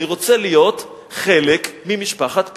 אני רוצה להיות חלק ממשפחת פשע.